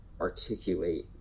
articulate